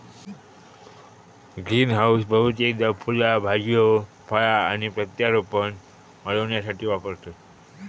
greenhouse बहुतेकदा फुला भाज्यो फळा आणि प्रत्यारोपण वाढविण्यासाठी वापरतत